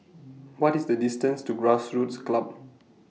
What IS The distance to Grassroots Club